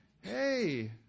Hey